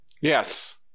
Yes